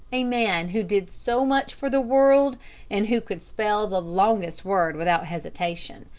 a man who did so much for the world and who could spell the longest word without hesitation,